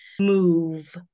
move